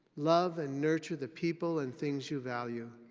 love and nurture the people and things you value.